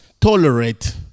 tolerate